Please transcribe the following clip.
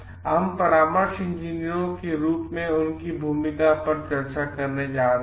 हम परामर्श इंजीनियरों के रूप में उनकी भूमिका पर चर्चा करने जा रहे हैं